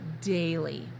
daily